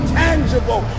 tangible